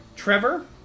Trevor